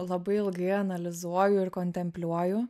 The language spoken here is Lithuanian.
labai ilgai analizuoju ir kontempliuoju